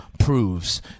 Proves